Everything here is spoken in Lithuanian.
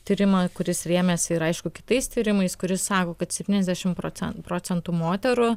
tyrimą kuris rėmėsi ir aišku kitais tyrimais kuris sako kad septyniasdešimt procen procentų moterų